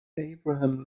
abraham